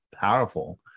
powerful